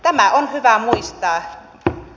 tämä on hyvä muistaa